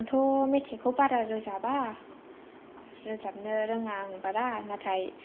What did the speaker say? आंथ मेथाइखौ बारा रोजाबा रोजाबनो रोङा आं बारा नाथाय